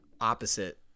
opposite